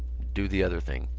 do the other thing.